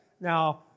Now